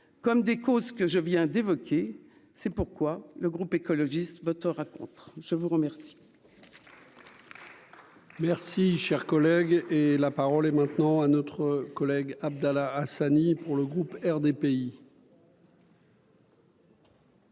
comme des causes que je viens d'évoquer, c'est pourquoi le groupe écologiste votera contre, je vous remercie.